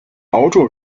auto